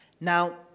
Now